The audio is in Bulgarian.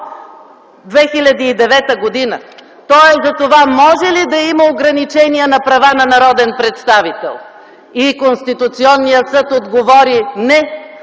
2009 г. То е за това може ли да има ограничение на права на народен представител и Конституционният съд отговори: не,